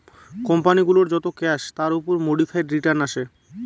company গুলোর যত cash তার উপর মোডিফাইড রিটার্ন আসে